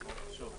נעולה.